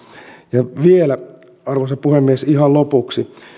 ja vielä arvoisa puhemies ihan lopuksi